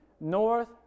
North